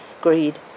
greed